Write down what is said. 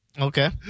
Okay